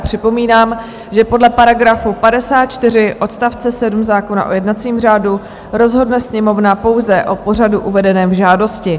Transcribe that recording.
Připomínám, že podle § 54 odst. 7 zákona o jednacím řádu rozhodne Sněmovna pouze o pořadu uvedeném v žádosti.